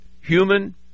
human